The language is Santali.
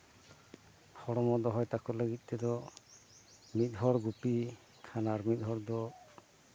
ᱦᱚᱲᱢᱚ ᱫᱚᱦᱚᱭ ᱛᱟᱠᱚ ᱞᱟᱹᱜᱤᱫ ᱛᱮᱫᱚ ᱢᱤᱫ ᱦᱚᱲ ᱜᱩᱯᱤ ᱠᱷᱟᱱ ᱟᱨ ᱢᱤᱫ ᱦᱚᱲ ᱫᱚ